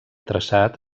traçat